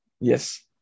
Yes